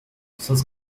sus